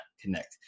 connect